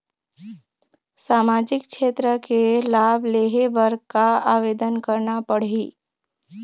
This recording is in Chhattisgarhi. सामाजिक क्षेत्र के लाभ लेहे बर का आवेदन करना पड़ही?